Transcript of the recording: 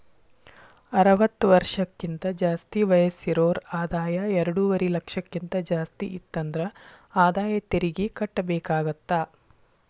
ಅರವತ್ತ ವರ್ಷಕ್ಕಿಂತ ಜಾಸ್ತಿ ವಯಸ್ಸಿರೋರ್ ಆದಾಯ ಎರಡುವರಿ ಲಕ್ಷಕ್ಕಿಂತ ಜಾಸ್ತಿ ಇತ್ತಂದ್ರ ಆದಾಯ ತೆರಿಗಿ ಕಟ್ಟಬೇಕಾಗತ್ತಾ